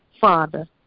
Father